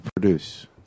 produce